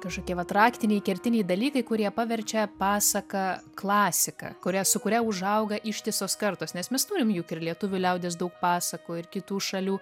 kažkokie vat raktiniai kertiniai dalykai kurie paverčia pasaką klasika kuria su kuria užauga ištisos kartos nes mes turim juk ir lietuvių liaudies daug pasakų ir kitų šalių